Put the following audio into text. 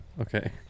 Okay